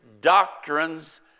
doctrines